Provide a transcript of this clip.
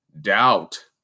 Doubt